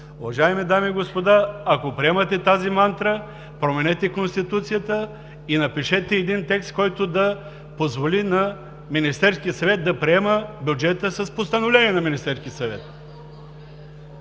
Уважаеми дами и господа, ако приемате тази мантра, променете и Конституцията и напишете един текст, който да позволи на Министерския съвет да приема бюджета с постановление на Министерския съвет.